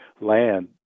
land